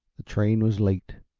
the train was late.